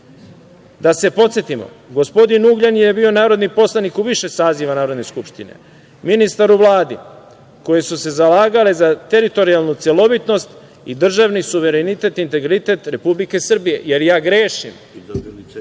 mi. Da se podsetimo, gospodin Ugljanin je bio narodni poslanik u više saziva Narodne skupštine, ministar u Vladi, koje su se zalagale za teritorijalnu celovitost i državni suverenitet i integritet Republike Srbije. Jel ja grešim? Sve